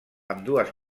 ambdues